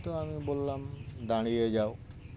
তো আমি বললাম দাঁড়িয়ে যাও